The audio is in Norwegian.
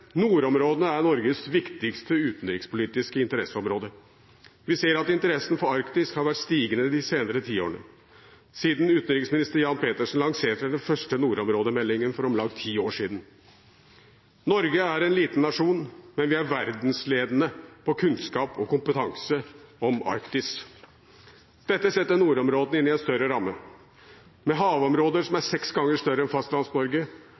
Nordområdene er Norges viktigste utenrikspolitiske interesseområde. Vi ser at interessen for Arktis har vært stigende de senere årene siden utenriksminister Jan Petersen lanserte den første nordområdemeldingen for om lag ti år siden. Norge er en liten nasjon, men vi er verdensledende på kunnskap og kompetanse om Arktis. Dette setter nordområdene inn i en større ramme. Med havområder som er seks ganger større enn